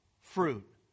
fruit